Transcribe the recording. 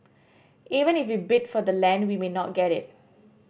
even if we bid for the land we may not get it